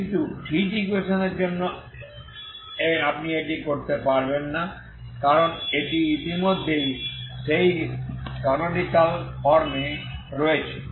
কিন্তু heat equation এর জন্য আপনি এটি করতে পারবেন না কারণ এটি ইতিমধ্যেই সেই ক্যানোনিকাল ফর্ম এ রয়েছে